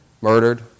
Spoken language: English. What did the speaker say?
murdered